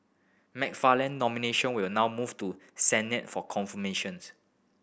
Mc Farland nomination will now move to Senate for confirmations